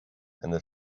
their